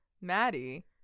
Maddie